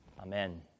Amen